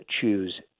choose